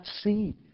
see